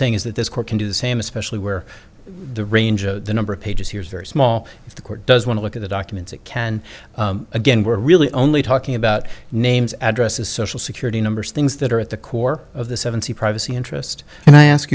saying is that this court can do the same especially where the range of the number of pages here is very small if the court does want to look at the documents and can again we're really only talking about names addresses social security numbers things that are at the core of the seventy privacy interest and i ask